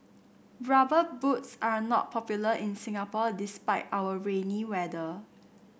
rubber boots are not popular in Singapore despite our rainy weather